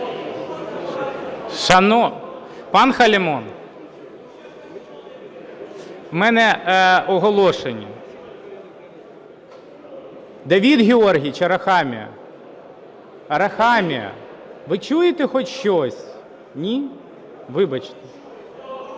Пан Халімон. В мене оголошення. Давид Георгійович Арахамія! Арахамія, ви чуєте хоч щось, ні? Вибачте.